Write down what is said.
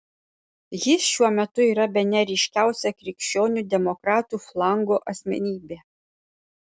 jis šiuo metu yra bene ryškiausia krikščionių demokratų flango asmenybė